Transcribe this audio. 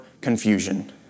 confusion